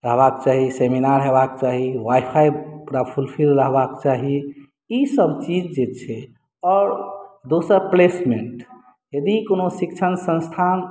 रहबाक चाही सेमिनार होयबाक चाही वाइ फाइ पूरा फुलफिल रहबाक चाही ई सभ चीज जे छै आओर दोसर प्लेसमेन्ट यदि कोनो शिक्षण संस्थान